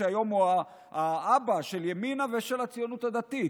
שהיום הוא האבא של ימינה ושל הציונות הדתית.